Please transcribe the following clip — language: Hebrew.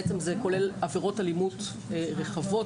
זה בעצם כולל עבירות אלימות רחבות